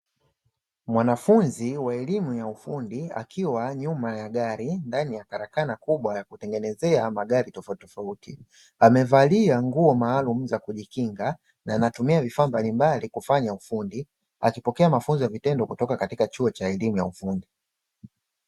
Mwanafunzi wa elimu ya ufundi akiwa nyuma ya gari ndani ya karakana kubwa ya kutengenezea magari tofautitofauti. Amevalia nguo maalumu za kujikinga na anatumia vifaa mbalimbali kufanya ufundi, akipokea mafunzo ya vitendo kutoka katika chuo cha elimu ya ufundi.